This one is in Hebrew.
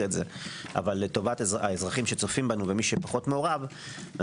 את זה אבל לטובת האזרחים שצופים בנו ומי שפחות מעורב נסביר,